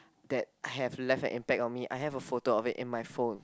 that have left an impact on me I have a photo of it in my phone